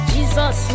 Jesus